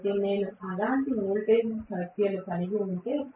కాబట్టి నేను అలాంటి వోల్టేజీల సంఖ్యను కలిగి ఉంటే